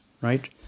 Right